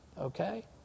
Okay